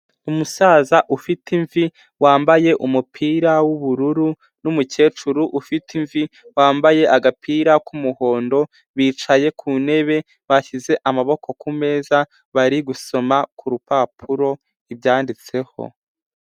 Umusaza ufite imvi wambaye umupira w'ubururu, n'umukecuru ufite imvi wambaye agapira k'umuhondo, bicaye ku ntebe bashyize amaboko ku meza bari gusoma ku rupapuro ibyanditseho.